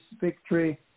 victory